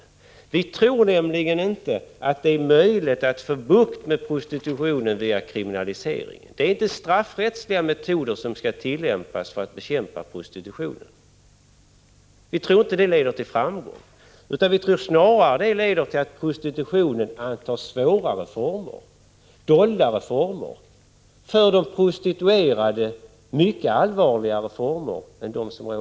Utskottsmajoriteten tror nämligen inte att det är möjligt att få bukt med prostitutionen genom en kriminalisering. Det är inte straffrättsliga metoder som skall tillämpas, om man vill bekämpa prostitutionen. Vi tror inte att sådant leder till framgång. Vi tror att det snarare leder till att prostitutionen antar svårare, mer dolda och för de prostituerade mycket allvarligare former än dagens.